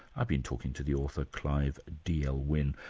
i've been talking to the author, clive d. l. wynne.